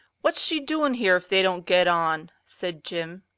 what's she doin' here if they don't get on? said jim.